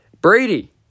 Brady